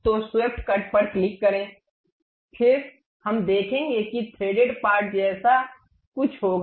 तो swept cut पर click करें फिर हम देखेंगे कि थ्रेडेड पार्ट पास जैसा कुछ होगा